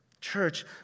Church